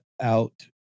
out